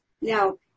Now